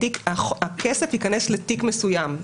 הכסף ייכנס לתיק מסוים.